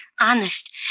Honest